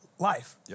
Life